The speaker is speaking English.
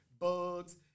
Bugs